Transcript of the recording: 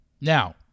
Now